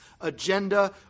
agenda